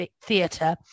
Theatre